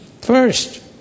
First